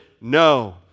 No